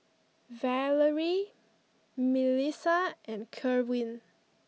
Valery Milissa and Kerwin